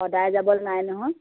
সদায় যাবলে নাই নহয়